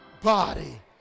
body